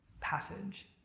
passage